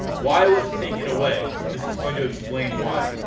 why was it taken away? this is going to explain why.